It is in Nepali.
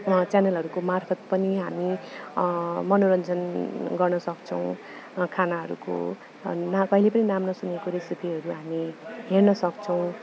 च्यानलहरूको मार्फत् पनि हामी मनोरञ्जन गर्नुसक्छौँ खानाहरूको अनि ना कहिले पनि नाम नसुनेको रेसिपीहरू हामी हेर्नसक्छौँ